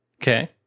Okay